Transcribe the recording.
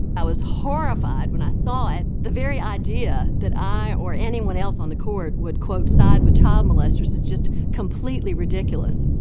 i was horrified when i saw it. the very idea that i or anyone else on the court would quote side with child molesters is just completely ridiculous.